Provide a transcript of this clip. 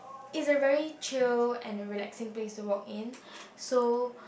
is a very chilled and a relaxing place to walk in so